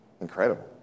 Incredible